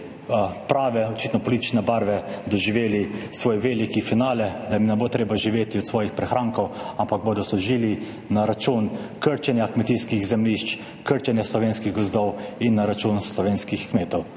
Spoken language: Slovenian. prave politične barve doživeli svoj veliki finale, da jim ne bo treba živeti od svojih prihrankov, ampak bodo služili na račun krčenja kmetijskih zemljišč, krčenja slovenskih gozdov in na račun slovenskih kmetov.